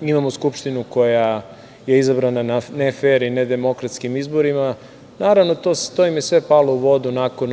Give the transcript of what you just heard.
imamo Skupštinu koja je izabrana na nefer i nedemokratskim izborima. Naravno, to im je sve palo u vodu nakon